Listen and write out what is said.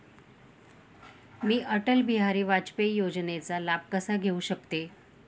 मी अटल बिहारी वाजपेयी योजनेचा लाभ कसा घेऊ शकते?